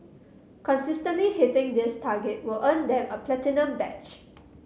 consistently hitting this target will earn them a platinum badge